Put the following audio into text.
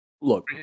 Look